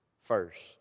first